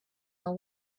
know